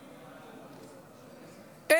הדרך.